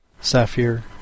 Sapphire